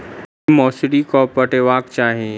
की मौसरी केँ पटेबाक चाहि?